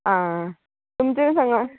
आं तुमचें सांगात